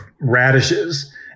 radishes